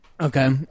Okay